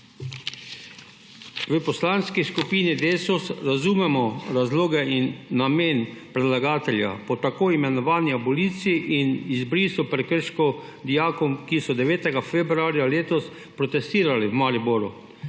V Poslanski skupini Desus razumemo razloge in namen predlagatelja za tako imenovano abolicijo in izbris prekrškov dijakom, ki so 9. februarja letos protestirali v Mariboru,